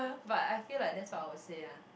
but I feel like that's what I would say ah